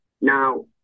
now